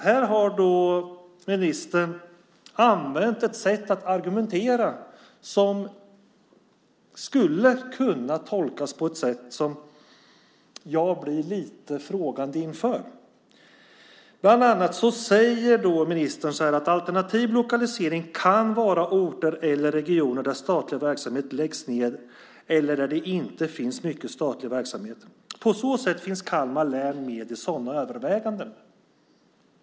Här har ministern använt ett sätt att argumentera som skulle kunna tolkas på ett sätt som jag blir lite frågande inför. Bland annat säger ministern: "Alternativ lokalisering kan vara orter eller regioner där statlig verksamhet läggs ned eller där det inte finns mycket statlig verksamhet. På så sätt finns Kalmar med i sådana överväganden."